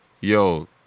yo